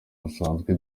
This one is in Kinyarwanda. busanzwe